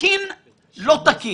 אני לא מזלזל בשום דבר.